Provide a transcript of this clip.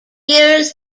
years